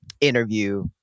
interview